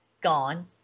gone